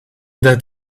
that